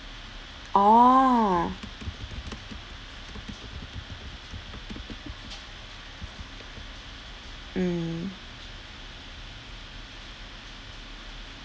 orh mm